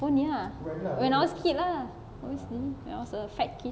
pony ah when I was kid lah obviously I was a fat kid